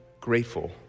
grateful